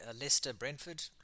Leicester-Brentford